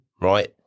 right